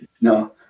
no